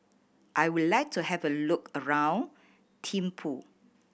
I would like to have a look around Thimphu